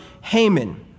Haman